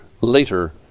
later